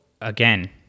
again